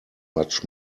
much